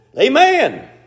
Amen